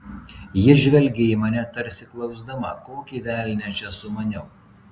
ji žvelgė į mane tarsi klausdama kokį velnią čia sumaniau